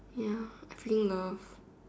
ya I freaking love